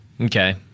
okay